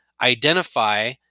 identify